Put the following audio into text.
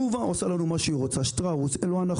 תנובה עושה לנו מה שהיא רוצה, שטראוס וכולי.